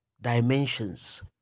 dimensions